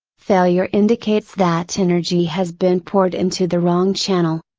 failure indicates that energy has been poured into the wrong channel.